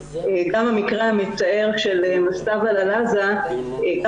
גם המקרה המצער של מסטאוול ---,